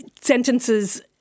sentences